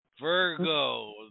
Virgo